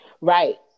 Right